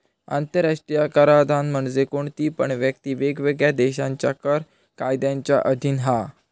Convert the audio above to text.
आंतराष्ट्रीय कराधान म्हणजे कोणती पण व्यक्ती वेगवेगळ्या देशांच्या कर कायद्यांच्या अधीन हा